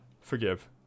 Forgive